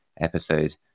episode